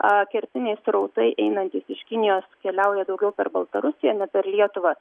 a kertiniai srautai einantys iš kinijos keliauja daugiau per baltarusiją ne per lietuvą